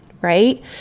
right